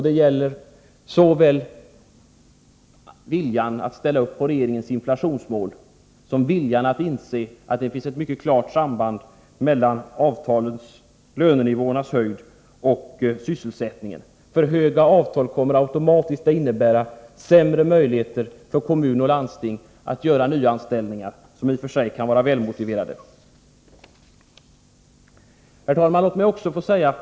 Det gäller såväl viljan att ställa upp på regeringens inflationsmål som viljan att inse att det finns ett mycket klart samband mellan lönenivåernas höjd och sysselsättningen. För höga lönenivåer kommer automatiskt att innebära sämre möjligheter för kommuner och landsting till nyanställningar, som i och för sig kan vara välmotiverade. Herr talman!